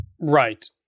Right